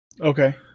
Okay